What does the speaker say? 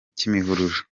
kimihurura